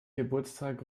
geburtstag